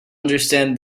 understand